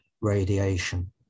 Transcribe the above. radiation